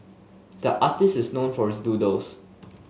the artist is known for his doodles